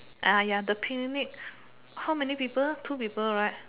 ya the picnic how many people two people right